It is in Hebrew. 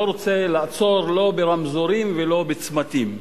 לא רוצה לעצור, לא ברמזורים ולא בצמתים.